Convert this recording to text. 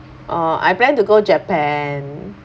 uh I plan to go japan